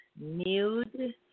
nude